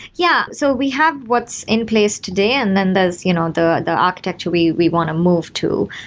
yeah. so we have what's in place today and then there's you know the the architecture we we want to move to.